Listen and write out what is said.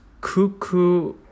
cuckoo